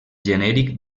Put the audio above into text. genèric